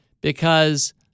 because-